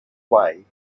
way